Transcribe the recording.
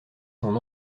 son